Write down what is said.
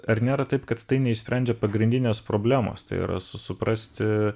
ar nėra taip kad tai neišsprendžia pagrindinės problemos tai yra su suprasti